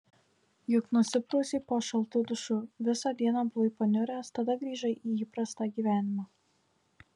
juk nusiprausei po šaltu dušu visą dieną buvai paniuręs tada grįžai į įprastą gyvenimą